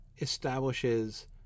establishes